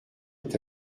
est